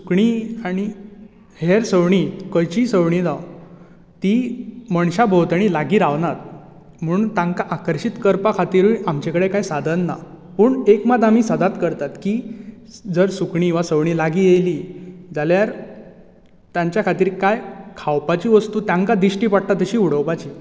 सुकणीं आनी हेर सवणीं खंयचीय सवणीं जावं ती मनशां भोंवतणी लागीं रावनात म्हूण तांका आकर्शीत करपा खातीरुय आमचे कडेन कांय साधन ना पूण एक मात आमी सदांच करतात की जर सुकणीं वा सवणी लागीं येयली जाल्यार तांचे खातीर कांय खावपाची वस्तू तांकां दिश्टी पडटा तशी उडोवपाची